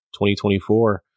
2024